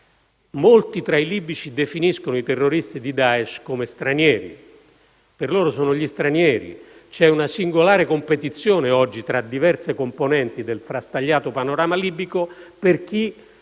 Molti tra i libici definiscono i terroristi di Daesh come stranieri. Per loro sono gli stranieri. C'è una singolare competizione, oggi, tra diverse componenti del frastagliato panorama libico, per chi